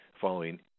following